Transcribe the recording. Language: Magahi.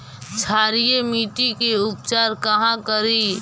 क्षारीय मिट्टी के उपचार कहा करी?